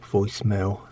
voicemail